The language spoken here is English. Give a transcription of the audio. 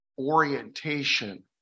orientation